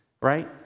right